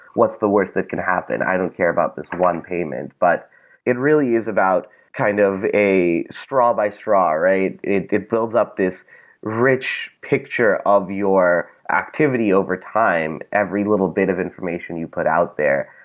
what's the worst that can happen? i don't care about this one payment. but it really is about kind of a straw by straw, right? it it builds up this rich picture of your activity over time every little bit of information you put out there,